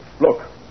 Look